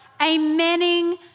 amening